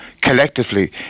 collectively